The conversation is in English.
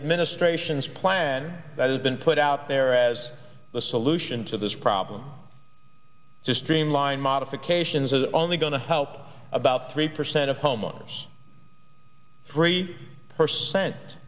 administration's plan that has been put out there as a solution to this problem to streamline modifications is only going to help about three percent of homeowners three percent